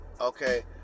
Okay